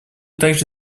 также